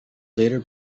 later